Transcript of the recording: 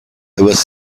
was